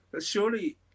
Surely